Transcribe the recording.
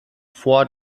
vor